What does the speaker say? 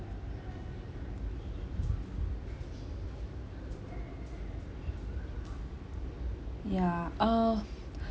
yeah uh